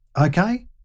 Okay